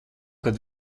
kad